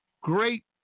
Great